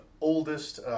oldest